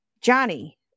Johnny